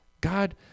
God